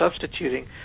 substituting